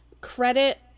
Credit